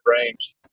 range